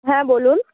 হ্যাঁ বলুন